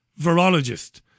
Virologist